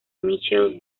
michelle